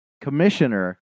commissioner